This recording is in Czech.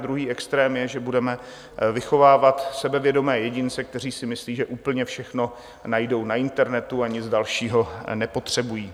Druhý extrém je, že budeme vychovávat sebevědomé jedince, kteří si myslí, že úplně všechno najdou na internetu, a nic dalšího nepotřebují.